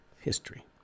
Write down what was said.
history